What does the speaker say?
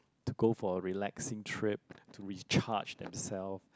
to go for a relaxing trip to recharge them self